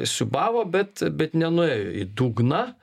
siūbavo bet bet nenuėjo į dugną